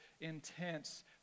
intense